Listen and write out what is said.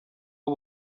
w’u